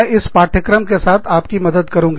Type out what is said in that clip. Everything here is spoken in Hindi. मैं इस पाठ्यक्रम के साथ आपकी मदद करूँगी